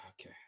Okay